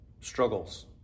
struggles